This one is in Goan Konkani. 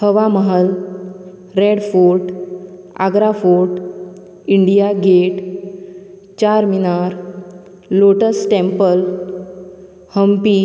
हवा Mahal red fort Agra fort India gate Char Minar lotus temple Hampi